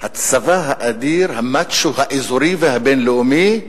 הצבא האדיר, המאצ'ו האזורי והבין-לאומי,